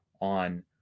on